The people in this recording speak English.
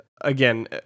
again